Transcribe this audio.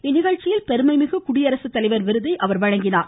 இந்நிகழ்ச்சியில் பெருமைமிகு குடியரசுத்தலைவர் விருதை அவர் வழங்கினார்